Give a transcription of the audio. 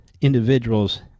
individuals